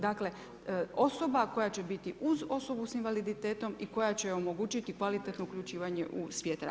Dakle osoba koja će biti uz osobu s invaliditetom i koja će joj omogućiti kvalitetno uključivanje u svijet rada.